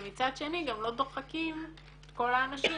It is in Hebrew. ומצד שני גם לא דוחקים את כל האנשים